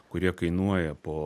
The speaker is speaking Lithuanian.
kurie kainuoja po